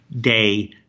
day